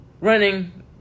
running